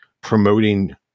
promoting